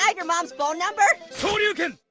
um your mom's phone number? shoryuken.